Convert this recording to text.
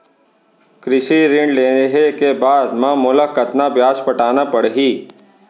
कृषि ऋण लेहे के बाद म मोला कतना ब्याज पटाना पड़ही?